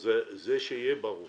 זה שיהיה ברור.